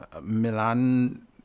milan